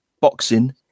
boxing